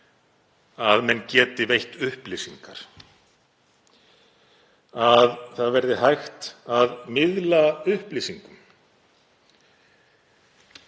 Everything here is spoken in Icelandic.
að menn geti veitt upplýsingar, að hægt verði að miðla upplýsingum.